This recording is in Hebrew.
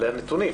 אלה הנתונים.